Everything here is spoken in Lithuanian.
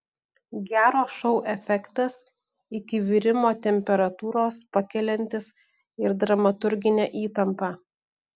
gero šou efektas iki virimo temperatūros pakeliantis ir dramaturginę įtampą